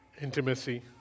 intimacy